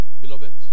Beloved